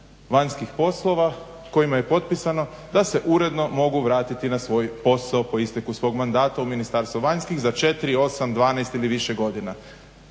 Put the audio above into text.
vanjskih poslova kojima je potpisano da se uredno mogu vratiti na svoj posao po isteku svog mandata u Ministarstvo vanjskih za 4, 8, 12 ili više godina.